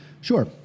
Sure